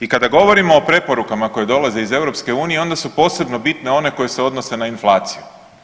I kada govorimo o preporukama koje dolaze iz EU-a, onda su posebno bitne one koje se odnose na inflaciju.